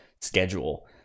schedule